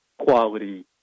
quality